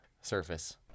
surface